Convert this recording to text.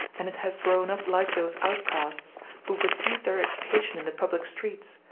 and it has grown up like those outcasts who receive their education in the public streets,